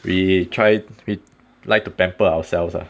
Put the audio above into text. we try we like to pamper ourselves lah